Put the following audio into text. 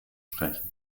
sprechen